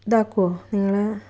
ഇതാക്കുമോ നിങ്ങളെ